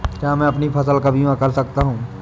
क्या मैं अपनी फसल का बीमा कर सकता हूँ?